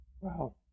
Wow